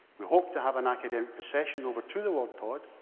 we hope to have an academic procession over to the lord todd.